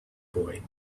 boy